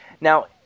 Now